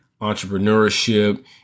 entrepreneurship